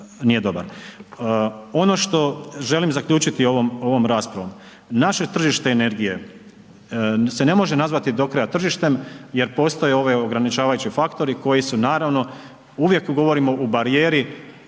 Ono što želim zaključiti ovom raspravom, naše tržište energije, se ne može nazvati do kraja tržištem, jer postoje ove ograničavajući faktori, koji su naravno, uvijek govorimo u barijeri,